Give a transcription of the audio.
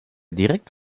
direkt